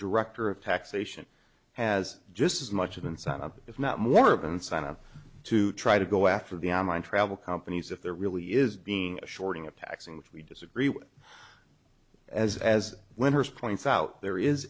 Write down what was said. director of taxation has just as much an incentive if not more of an incentive to try to go after the online travel companies if there really is being a shorting of taxing which we disagree with as as winners points out there is